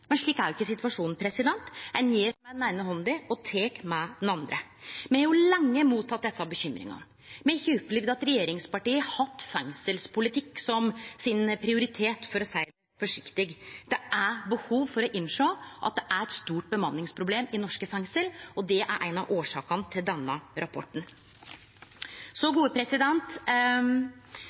men slik er jo ikkje situasjonen. Ein gjev med den eine handa og tek med den andre. Me har lenge teke imot desse bekymringane. Me har ikkje opplevd at regjeringspartia har hatt fengselspolitikk som sin prioritet, for å seie det forsiktig. Det er behov for å innsjå at det er eit stort bemanningsproblem i norske fengsel, og det er ei av årsakene til denne rapporten.